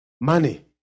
money